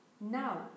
Now